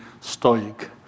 stoic